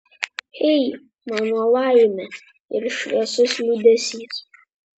hey mano laime ir šviesus liūdesys